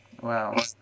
Wow